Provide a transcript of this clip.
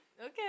okay